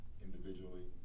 individually